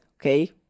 okay